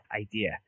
idea